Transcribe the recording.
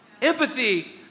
Empathy